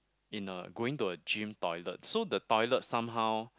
in a going to a gym toilet so the toilet somehow